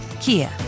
Kia